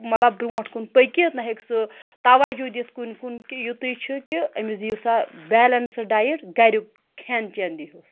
مطلب برٛونٛٹھ کُن پٔکِتھ نہ ہیٚکہِ سُہ تَوَجوٗ دِتھ کُنہِ کُن کہِ یِتُے چھُ کہِ أمِس دِیِو سا بیلَنسٕڈ ڈایٹ گَریُک کھٮ۪ن چٮ۪ن دیٖہُس